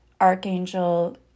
Archangel